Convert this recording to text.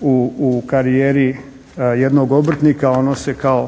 u karijeri jednog obrtnika. Ono se kao